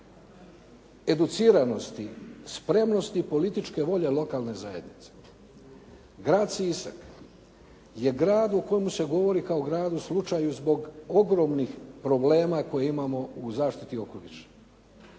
educiranosti, spremnosti političke volje lokalne zajednice. Grad Sisak je grad o kojem se govori kao o gradu slučaju zbog ogromnih problema koje imamo u zaštiti okoliša,